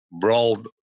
broad